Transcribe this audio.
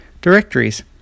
Directories